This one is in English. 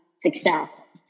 success